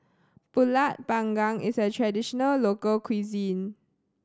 Pulut Panggang is a traditional local cuisine